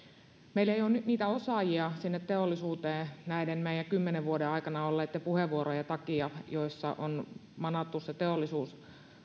meillä ei ole nyt niitä osaajia sinne teollisuuteen näiden meidän kymmenen vuoden aikana olleitten puheenvuorojen takia joissa on manattu teollisuutta